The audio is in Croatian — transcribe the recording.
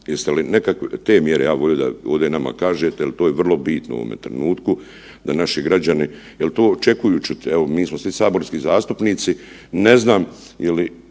Jeste li te mjere, ja bi volio da ovde nama kažete jel to je vrlo bitno u ovome trenutku da naši građani, jel to očekuju čut. Evo, mi smo svi saborski zastupnici, ne znam je li